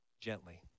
Gently